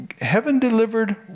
heaven-delivered